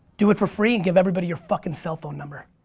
do it for free and give everybody your fucking cell phone number.